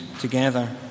together